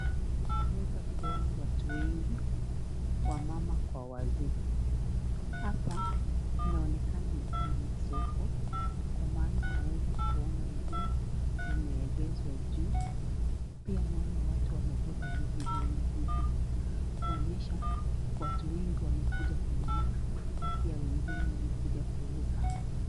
Naweza kuona watu wengi, wamama kwa wazee. Hapa inaonekana ni kama ni soko kwa maana naweza kuona nguo, zimeegezwa juu, pia naona watu wamebeba mizigo mizigo. Kuonyesha watu wengi wamekuja kununua, na pia wengine wamekuja kuuza.